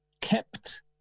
kept